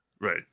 right